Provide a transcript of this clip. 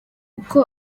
uko